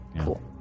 Cool